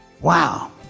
Wow